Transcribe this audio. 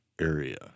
area